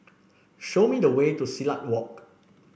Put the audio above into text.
show me the way to Silat Walk